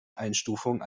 einstufung